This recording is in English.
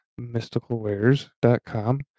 mysticalwares.com